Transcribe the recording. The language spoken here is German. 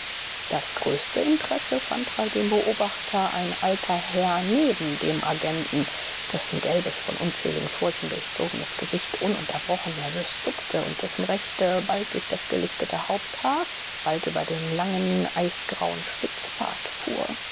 das größte interesse fand bei dem beobachter ein alter herr neben dem agenten dessen gelbes von unzähligen furchen durchzogenes gesicht ununterbrochen nervös zuckte und dessen rechte bald durch das gelichtete haupthaar bald über den langen eisgrauen spitzbart fuhr